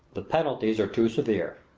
the penalties are too severe.